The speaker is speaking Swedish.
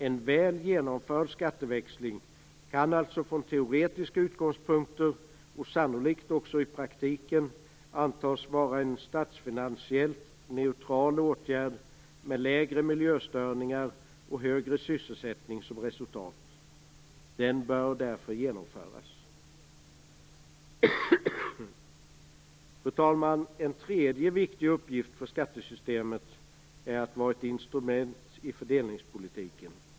En väl genomförd skatteväxling kan alltså från teoretiska utgångspunkter - och sannolikt också i praktiken - antas vara en statsfinansiellt neutral åtgärd med lägre miljöstörningar och högre sysselsättning som resultat. Den bör därför genomföras. Fru talman! Ytterligare en viktig uppgift för skattesystemet är att vara ett instrument i fördelningspolitiken.